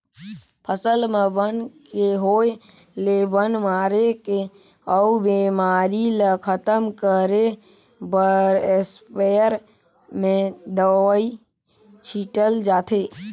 फसल म बन के होय ले बन मारे के अउ बेमारी ल खतम करे बर इस्पेयर में दवई छिटल जाथे